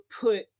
put